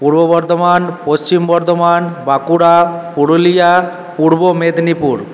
Purba Bardhaman Paschim Bardhaman Bankura Purulia Purba Medinipur